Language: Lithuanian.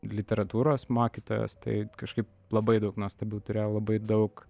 literatūros mokytojos tai kažkaip labai daug nuostabių turėjau labai daug